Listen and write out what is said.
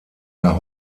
der